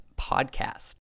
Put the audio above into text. podcast